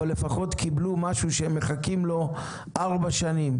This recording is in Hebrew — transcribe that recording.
לפחות קיבלו משהו שהם מחכים לו ארבע שנים.